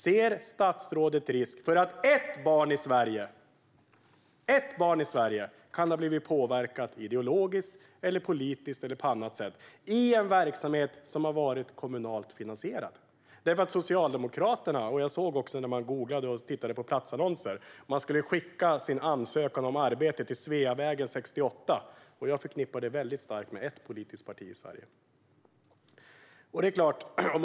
Ser statsrådet någon risk för att ett barn i Sverige kan ha blivit påverkat ideologiskt, politiskt eller på annat sätt i en verksamhet som har varit kommunalt finansierad? När jag googlade och tittade på platsannonser såg jag att man skulle skicka sin ansökan om arbete till Sveavägen 68. Jag förknippar denna adress mycket starkt med ett politiskt parti i Sverige.